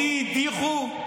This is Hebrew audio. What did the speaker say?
אותי הדיחו?